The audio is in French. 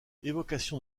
évocation